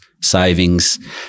savings